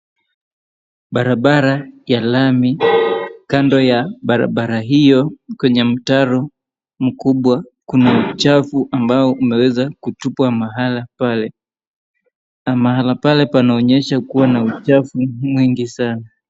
Barabara ya lami. Kando ya barabara hiyo kwenye mtaro mkubwa kuna uchafu ambao umeweza kutupwa mahala pale na mahala pale panaonyesha kuwa na uchafu mwingi sana.